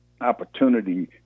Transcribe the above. opportunity